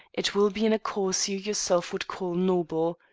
it will be in a cause you yourself would call noble.